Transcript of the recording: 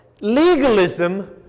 Legalism